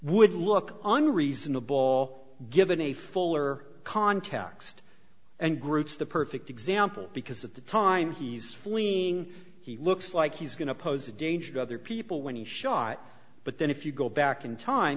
would look unreasonable all given a fuller context and groups the perfect example because of the time he's fleeing he looks like he's going to pose a danger to other people when he shot but then if you go back in time